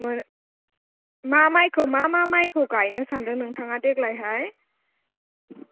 मा मायखौ मा मा मायखौ गायनो सानदों नोंथाङा देग्लायहाय